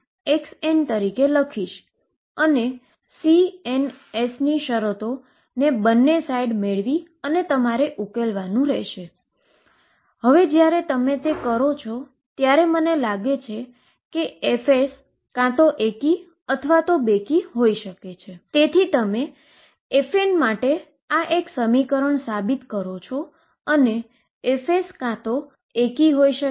તેથી તમે શ્રોડિંજરSchrödinger સમીકરણને હલ કરતા હો ત્યાર તમે જાણો છો તેના વિશે ખરેખર ભયભીત થવું જોઈએ નહીં તે સ્ટ્રીંગ પરનું સમીકરણ જેવું જ વેવ સમીકરણ છે